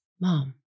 Mom